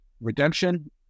redemption